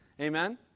Amen